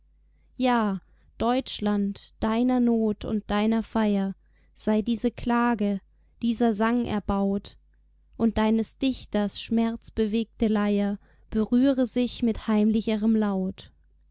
ja deutschland deiner not und deiner feier sei diese klage dieser sang erbaut und deines dichters schmerz bewegte leier berühre sich mit heimlicherem laut